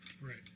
Right